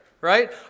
right